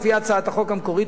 לפי הצעת החוק המקורית,